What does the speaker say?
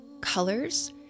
colors